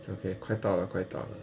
it's okay 快到了快到了